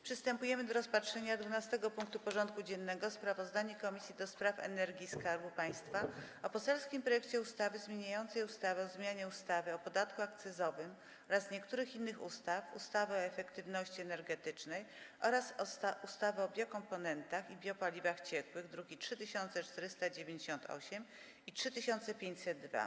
Przystępujemy do rozpatrzenia punktu 12. porządku dziennego: Sprawozdanie Komisji do Spraw Energii i Skarbu Państwa o poselskim projekcie ustawy zmieniającej ustawę o zmianie ustawy o podatku akcyzowym oraz niektórych innych ustaw, ustawę o efektywności energetycznej oraz ustawę o biokomponentach i biopaliwach ciekłych (druki nr 3498 i 3502)